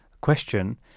question